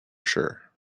sure